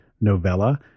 Novella